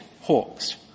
Hawks